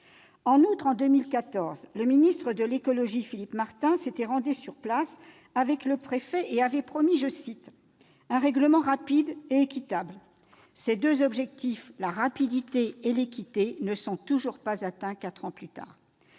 Barnier. En 2014, le ministre de l'écologie, Philippe Martin, s'était rendu sur place avec le préfet et avait promis « un règlement rapide et équitable ». Les deux objectifs de rapidité et d'équité ne sont toujours pas atteints quatre ans plus tard.